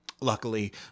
Luckily